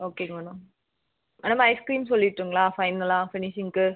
ஓகேங்க madam madam ice cream சொல்லிற்டுங்களா ஃபைனலாக ஃபினிஷிங்க்கு